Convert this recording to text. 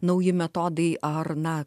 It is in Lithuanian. nauji metodai ar na